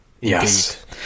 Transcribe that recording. Yes